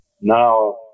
now